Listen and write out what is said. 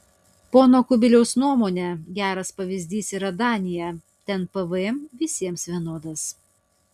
pono kubiliaus nuomone geras pavyzdys yra danija ten pvm visiems vienodas